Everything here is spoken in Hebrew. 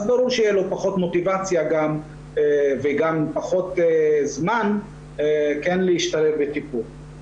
ברור שתהיה לו פחות מוטיבציה גם וגם פחות זמן להשתלב בטיפול.